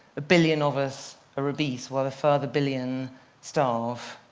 a billion of us are obese, while a further billion starve.